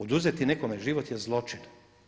Oduzeti nekome život je zločin.